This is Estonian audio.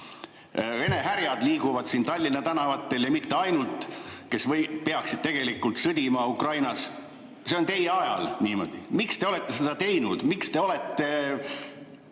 Vene härjad liiguvad siin Tallinna tänavatel – ja mitte ainult –, nad peaksid tegelikult sõdima Ukrainas. See on teie ajal niimoodi läinud. Miks te olete seda teinud? Miks te olete